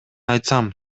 айтсам